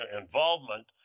involvement